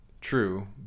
true